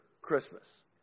Christmas